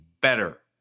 better